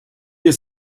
ihr